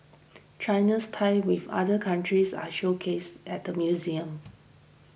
China's ties with other countries are showcased at the museum